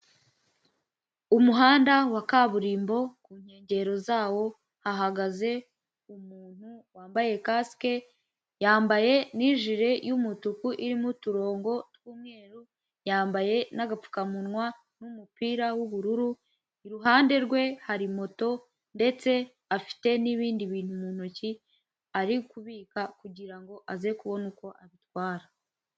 Umuhanda wa kaburimbo ku nkengero zawo hagaze umuntu wambaye kasike, yambaye n'ijire y'umutuku irimo uturongo tw'umweru, yambaye nagapfukamunwa n'umupira w'ubururu, iruhande rwe hari moto ndetse afite ni'ibindi bintu mu ntoki ari kubika kugirango aze kubona uko abitwara.